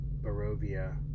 Barovia